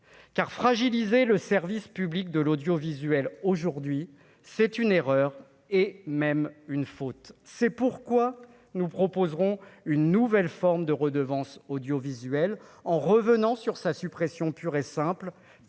car fragiliser le service public de l'audiovisuel, aujourd'hui, c'est une erreur, et même une faute, c'est pourquoi nous proposerons une nouvelle forme de redevance audiovisuelle en revenant sur sa suppression pure et simple,